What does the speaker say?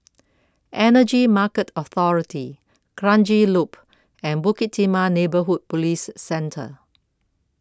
Energy Market Authority Kranji Loop and Bukit Timah Neighbourhood Police Centre